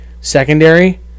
secondary